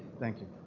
thank you.